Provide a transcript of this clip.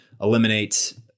eliminate